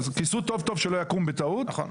כיסו טוב שלא יקום בטעות,